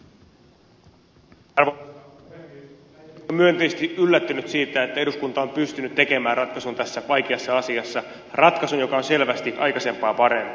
minä olen myönteisesti yllättynyt siitä että eduskunta on pystynyt tekemään ratkaisun tässä vaikeassa asiassa ratkaisun joka on selvästi aikaisempaa parempi